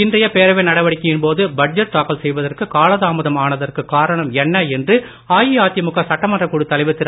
இன்றைய பேரவை நடவடிக்கையின் போது பட்ஜெட் தாக்கல் செய்தவற்கு காலதாமதம் ஆனதற்கு காரணம் என்ன என்று அஇஅதிமுக சட்டமன்றக் குழுத் தலைவர் திரு